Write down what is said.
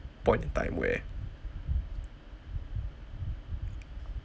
point in time where